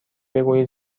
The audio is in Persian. بگویید